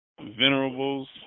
Venerables